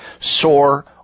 sore